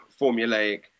formulaic